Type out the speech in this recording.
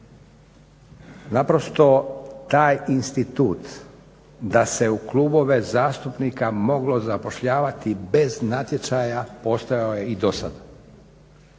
Naprosto taj institut da se u klubove zastupnika moglo zapošljavati bez natječaja postojao je i do sada.